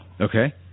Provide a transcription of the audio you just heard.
okay